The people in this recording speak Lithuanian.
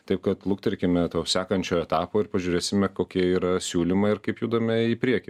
taip kad luktelkime to sekančio etapo ir pažiūrėsime kokie yra siūlymai ir kaip judame į priekį